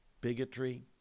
bigotry